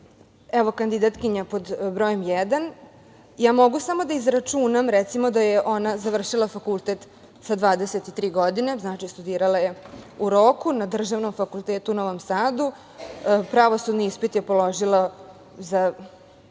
evo kandidatkinja pod brojem jedan, mogu samo da izračunam da je ona završila fakultet sa 23 godine, znači studirala je u roku na državnom fakultetu u Novom Sadu, pravosudni ispit je položila za